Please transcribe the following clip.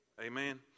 Amen